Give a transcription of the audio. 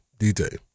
DJ